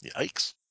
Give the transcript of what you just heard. Yikes